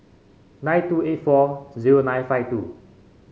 nine two eight four zero nine five two